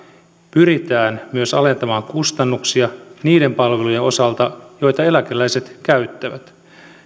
pyritään myös alentamaan kustannuksia niiden palvelujen osalta joita eläkeläiset käyttävät